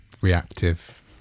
reactive